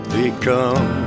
become